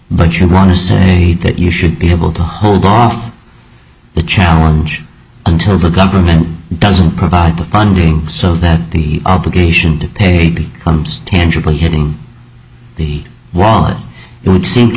but you're wrong to say that you should be able to hold off the challenge until the government doesn't provide the funding so that the obligation to pay comes tangible hitting the wall it would seem to